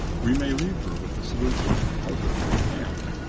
we may leave her with the solution to the puzzle in her hand,